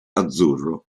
azzurro